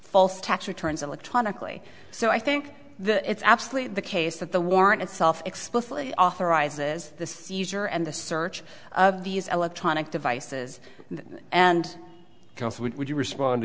false tax returns electronically so i think that it's absolutely the case that the warrant itself explicitly authorizes the seizure and the search of these electronic devices and would you respond